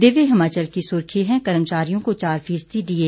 दिव्य हिमाचल की सुर्खी है कर्मचारियों को चार फीसदी डीए